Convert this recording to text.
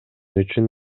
үчүн